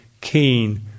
keen